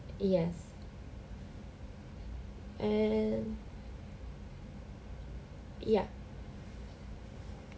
yes and yup